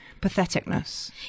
patheticness